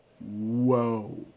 Whoa